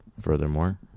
Furthermore